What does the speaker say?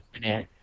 minute